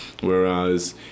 whereas